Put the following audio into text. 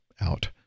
out